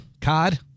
cod